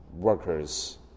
workers